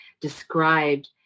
described